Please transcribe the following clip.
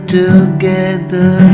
together